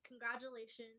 congratulations